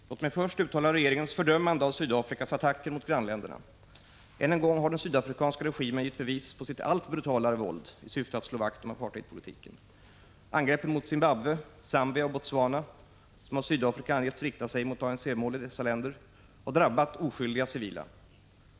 Fru talman! Låt mig inledningsvis uttala regeringens fördömande av Sydafrikas attacker mot grannländerna. Ännu en gång har den sydafrikanska regimen gett bevis på sitt allt brutalare våld i syfte att slå vakt om apartheidpolitiken. Angreppen mot Zimbabwe, Zambia och Botswana, som av Sydafrika angetts rikta sig mot ANC-mål i dessa länder, har drabbat oskyldiga civila.